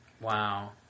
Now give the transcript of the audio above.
Wow